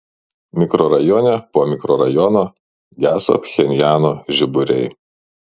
mikrorajone po mikrorajono geso pchenjano žiburiai